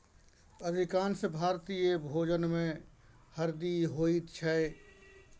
अधिकांश भारतीय भोजनमे हरदि होइत छै